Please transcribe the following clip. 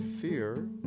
Fear